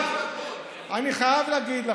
אני חייב להגיד לכם,